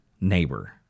neighbor